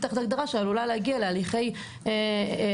תחת הגדרה שעלולה להגיע להליכי רישוי,